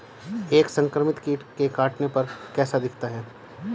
एक संक्रमित कीट के काटने पर कैसा दिखता है?